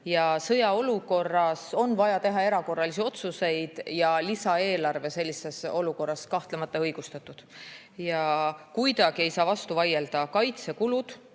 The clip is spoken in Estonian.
Aga sõjaolukorras on vaja teha erakorralisi otsuseid ja lisaeelarve sellises olukorras on kahtlemata õigustatud. Ja kuidagi ei saa vastu vaielda, et